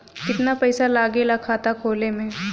कितना पैसा लागेला खाता खोले में?